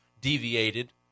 deviated